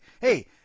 Hey